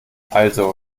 also